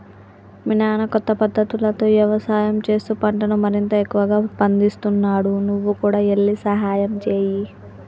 మీ నాన్న కొత్త పద్ధతులతో యవసాయం చేస్తూ పంటను మరింత ఎక్కువగా పందిస్తున్నాడు నువ్వు కూడా ఎల్లి సహాయంచేయి